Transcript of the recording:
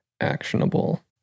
actionable